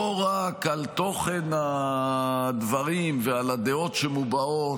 לא רק על תוכן הדברים ועל הדעות שמובעות,